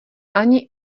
ani